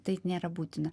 tai nėra būtina